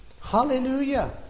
Hallelujah